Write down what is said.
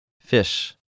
Fish